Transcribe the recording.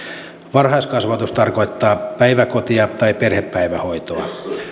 varhaiskasvatus tarkoittaa päiväkotia tai perhepäivähoitoa